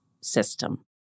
system